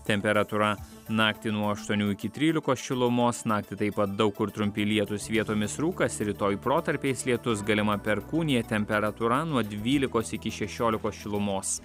temperatūra naktį nuo aštuonių iki trylikos šilumos naktį taip pat daug kur trumpi lietūs vietomis rūkas rytoj protarpiais lietus galima perkūnija temperatūra nuo dvylikos iki šešiolikos šilumos